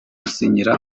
gusinyira